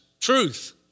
truth